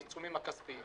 לגבי העיצומים הכספיים